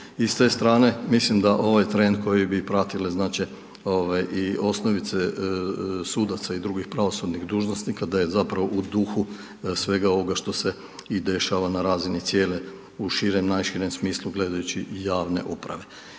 i s te strane, mislim da ovaj trend koji bi pratile znači i osnovice sudaca i drugih pravosudnih dužnosnika, da je zapravo u duhu svega ovoga što se i dešava na razini cijele, u širem, najširem smislu gledajući javne uprave.